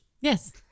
Yes